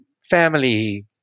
family